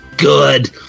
Good